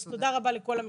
אז תודה רבה לכל המשפחות.